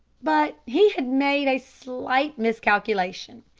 but he had made a slight miscalculation.